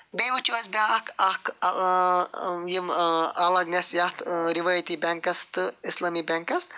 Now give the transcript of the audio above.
بیٚیہِ وُچھو أسۍ بیٛاکھ اَکھ یِم الگ نٮ۪س یَتھ رِوٲیتی بینٛکس تہٕ اِسلامی بینٛکس